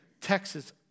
Texas